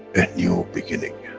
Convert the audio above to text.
a new beginning,